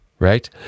Right